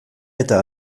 eta